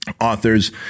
authors